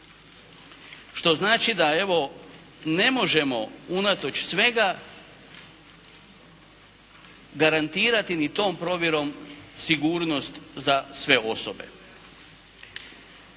Što znači da evo ne možemo unatoč svega garantirati ni tom provjerom sigurnost za sve osobe.